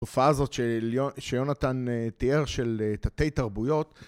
תופעה זאת שיונתן תיאר של תתי תרבויות